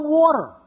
water